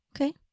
Okay